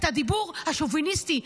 את הדיבור השוביניסטי,